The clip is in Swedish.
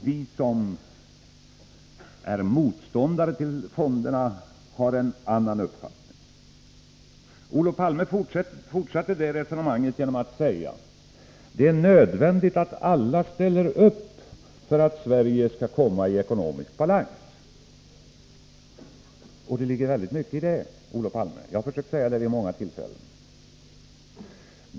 Vi som är motståndare till fonderna har en annan uppfattning. Olof Palme fortsatte detta resonemang genom att säga att det är nödvändigt att alla ställer upp för att Sverige skall komma i ekonomisk balans. Det ligger väldigt mycket i det, Olof Palme. Jag har försökt säga det vid många tillfällen.